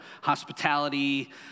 hospitality